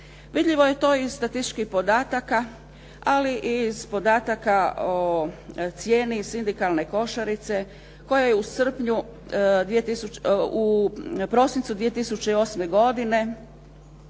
Vidljivo je to iz statističkih podataka, ali i iz podataka o cijeni sindikalne košarice koja je u prosincu 2008. godine